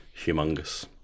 humongous